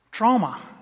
Trauma